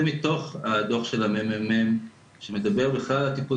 זה מתוך הדו"ח של הממ"מ שמדבר בכלל על הטיפול